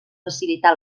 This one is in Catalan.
facilitar